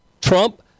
Trump